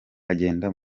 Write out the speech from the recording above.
agenda